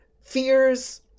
Fears